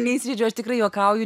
neįsižeidžiau aš tikrai juokauju